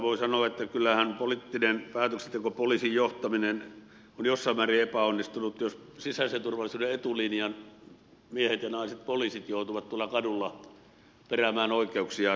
voi sanoa että kyllähän poliittinen päätöksenteko poliisin johtaminen on jossain määrin epäonnistunut jos sisäisen turvallisuuden etulinjan miehet ja naiset poliisit joutuvat tuolla kadulla peräämään oikeuksiaan